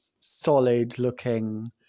solid-looking